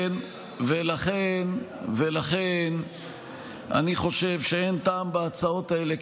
ולכן אני חושב שאין טעם בהצעות האלה,